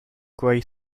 grey